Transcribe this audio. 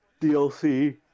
DLC